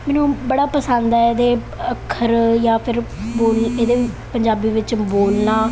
ਮੈਨੂੰ ਬੜਾ ਪਸੰਦ ਹੈ ਇਹਦੇ ਅੱਖਰ ਜਾਂ ਫੇਰ ਬੋਲ ਇਹਦੇ ਪੰਜਾਬੀ ਵਿੱਚ ਬੋਲਣਾ